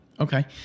Okay